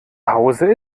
hause